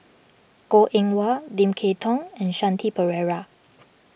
Goh Eng Wah Lim Kay Tong and Shanti Pereira